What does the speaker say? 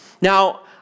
Now